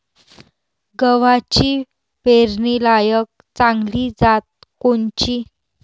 गव्हाची पेरनीलायक चांगली जात कोनची?